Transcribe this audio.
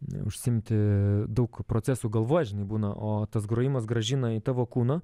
neužsiimti daug procesų galvoj žinai būna o tas grojimas grąžina į tavo kūną